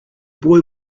boy